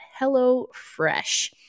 HelloFresh